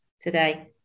today